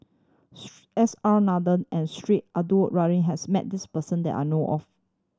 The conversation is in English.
S R Nathan and Sheik Alau'ddin has met this person that I know of